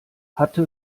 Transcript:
hatte